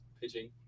pitching